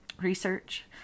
research